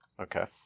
okay